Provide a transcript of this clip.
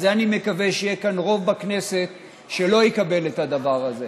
אני מקווה שיהיה כאן רוב בכנסת שלא יקבל את הדבר הזה.